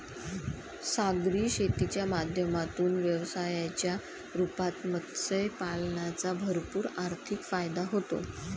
सागरी शेतीच्या माध्यमातून व्यवसायाच्या रूपात मत्स्य पालनाचा भरपूर आर्थिक फायदा होतो